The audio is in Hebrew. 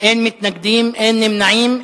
אין מתנגדים ואין נמנעים.